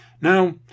Now